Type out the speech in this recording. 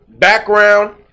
Background